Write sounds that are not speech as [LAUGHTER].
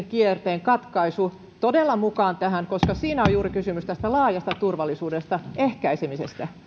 [UNINTELLIGIBLE] kierteen katkaisu todella mukaan tähän koska siinä on juuri kysymys tästä laajasta turvallisuudesta ehkäisemisestä